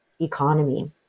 economy